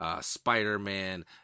Spider-Man